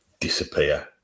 disappear